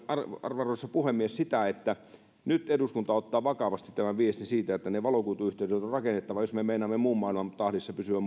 arvoisa puhemies sitä että nyt eduskunta ottaa vakavasti tämän viestin siitä että ne valokuituyhteydet on on rakennettava jos me me meinaamme muun maailman tahdissa pysyä